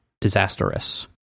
disastrous